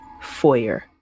foyer